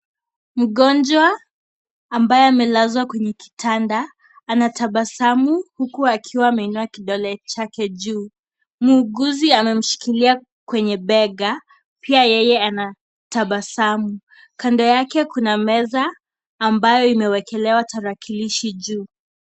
Mgonjwa ambaye amelazwa kwenye kitanda anatabasamu huku akiwa ameinua kidole chake juu. Mhuguzi amemshikilia kwenye bega, pia yeye anatabasamu. Kando yake kuna meza ambayo imewekelewa tarakilishi juu.